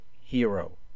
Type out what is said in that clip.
hero